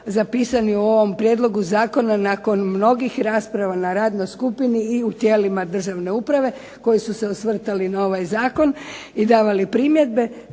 zapisani u ovom Prijedlogu zakona nakon mnogo rasprava na radnoj skupini i u tijelima državne uprave koji su se osvrtali na ovaj Zakon i davali primjedbe,